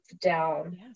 down